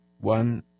one